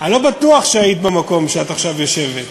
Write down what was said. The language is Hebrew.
אני לא בטוח שהיית במקום שאת עכשיו יושבת.